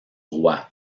roi